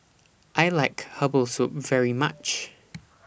I like Herbal Soup very much